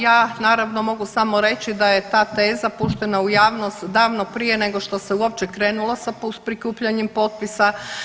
Ja naravno mogu samo reći da je ta teza puštena u javnost davno prije nego što se uopće krenulo sa prikupljanjem potpisa.